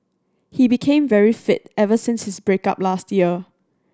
he became very fit ever since his break up last year